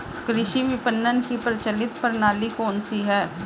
कृषि विपणन की प्रचलित प्रणाली कौन सी है?